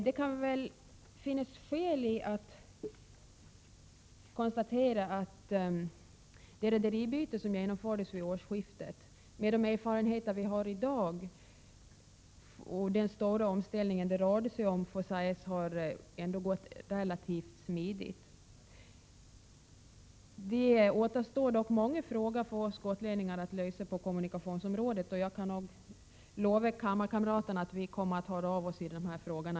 Med de erfarenheter vi har i dag av det rederibyte som genomfördes vid årsskiftet kan det konstateras att det har gått relativt smidigt med tanke på den stora omställning det rörde sig om. Det återstår dock många frågor att lösa på kommunikationsområdet för oss gotlänningar, och jag kan lova kammarkamraterna att vi kommer att låta höra av oss igen i dessa frågor.